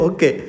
Okay